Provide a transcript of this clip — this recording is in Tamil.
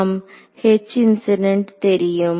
ஆம் தெரியும்